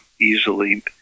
easily